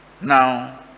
Now